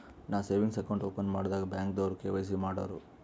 ನಾ savings account open ಮಾಡಾಗ್ ಬ್ಯಾಂಕ್ದವ್ರು ಕೆ.ವೈ.ಸಿ ಮಾಡೂರು